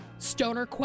Stoner